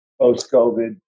post-COVID